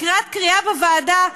לקראת קריאה בוועדה,